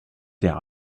der